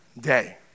day